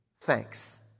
thanks